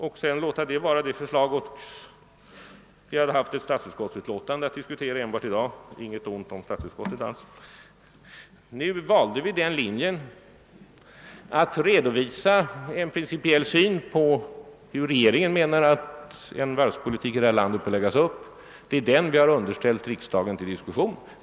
Vi hade då enbart haft statsutskottsutlåtandet att diskutera i dag. Nu valde vi linjen att redovisa regeringens principiella syn på hur varvspolitiken i detta land bör läggas upp. Det är denna syn vi har underställt riksdagen till diskussion.